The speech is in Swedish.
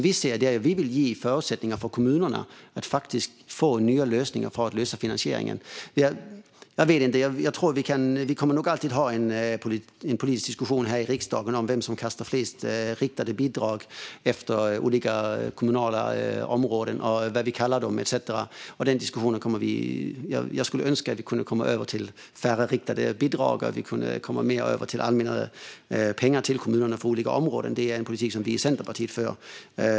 Vi vill ge förutsättningar för kommunerna att hitta nya lösningar för finansieringen. Jag tror att vi alltid kommer att ha en politisk diskussion här i riksdagen om vem som kastar flest riktade bidrag efter olika kommunala områden, om vad vi kallar dem etcetera. Jag skulle önska att vi kunde gå över till färre riktade bidrag och mer allmänna pengar till kommunerna för olika områden. Detta är en politik som vi i Centerpartiet driver.